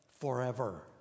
forever